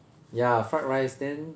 ya fried rice then